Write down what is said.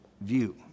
view